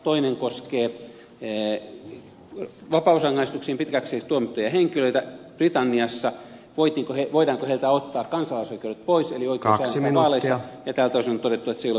toinen koskee vapausrangaistuksiin pitkäksi ajaksi tuomittuja henkilöitä britanniassa voidaanko heiltä ottaa kansalaisoikeudet pois eli oikeus äänestää vaaleissa ja tältä osin on todettu että se ei ole mahdollista